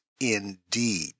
indeed